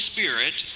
Spirit